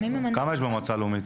מי ממנה אותם?